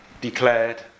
declared